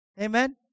Amen